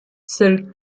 seuls